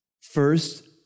First